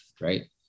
right